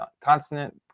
consonant